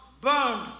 burned